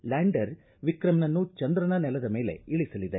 lander ವಿಕ್ರಮ್ನನ್ನು ಚಂದ್ರನ ನೆಲದ ಮೇಲೆ ಇಳಸಲಿದೆ